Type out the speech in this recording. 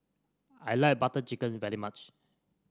I like Butter Chicken very much